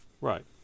Right